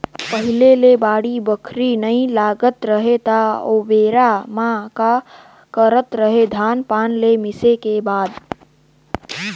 पहिले ले बाड़ी बखरी नइ लगात रहें त ओबेरा में का करत रहें, धान पान ल मिसे के बाद